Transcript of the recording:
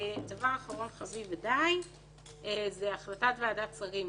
דבר אחרון חביב ודי זה החלטת ועדת שרים